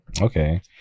okay